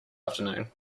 afternoon